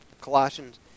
Colossians